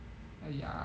!aiya!